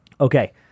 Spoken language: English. Okay